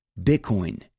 Bitcoin